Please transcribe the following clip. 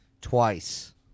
Twice